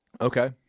Okay